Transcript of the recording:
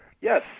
Yes